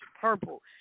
purple